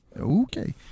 Okay